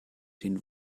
den